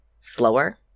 slower